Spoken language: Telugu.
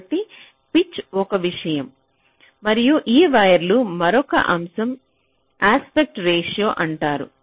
కాబట్టి పిచ్ ఒక విషయం మరియు ఈ వైర్లలో మరొక అంశం యస్పెట్ రేషియో అంటారు